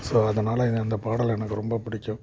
so அதனாலே அந்த பாடல் எனக்கு ரொம்ப பிடிக்கும்